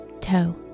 toe